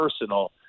personal